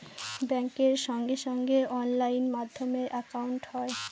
ব্যাঙ্কের সঙ্গে সঙ্গে অনলাইন মাধ্যমে একাউন্ট হয়